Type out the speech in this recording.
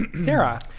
Sarah